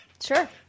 Sure